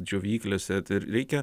džiovyklėse reikia